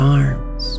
arms